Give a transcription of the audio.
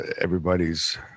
everybody's